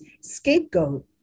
scapegoat